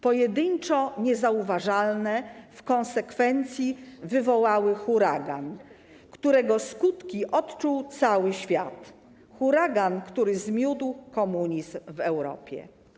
Pojedynczo niezauważalne, w konsekwencji wywołały huragan, którego skutki odczuł cały świat, huragan, który zmiótł komunizm w Europie.